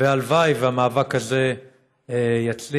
הלוואי שהמאבק הזה יצליח